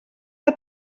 que